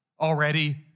already